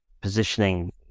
positioning